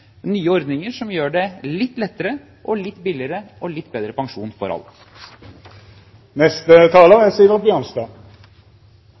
nye ordninger som gjør det litt lettere og litt billigere, og som gir litt bedre pensjon for